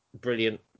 brilliant